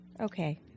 Okay